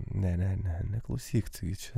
ne ne ne neklausyk taigi čia